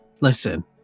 Listen